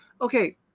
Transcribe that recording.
okay